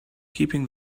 keeping